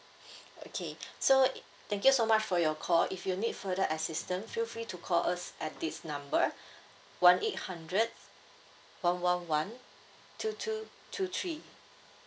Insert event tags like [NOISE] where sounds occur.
[BREATH] okay [BREATH] so thank you so much for your call if you need further assistant feel free to call us at this number [BREATH] one eight hundred one one one two two two three